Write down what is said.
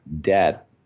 debt